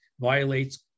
violates